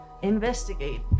Investigate